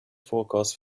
forecast